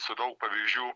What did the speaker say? su daug pavyzdžių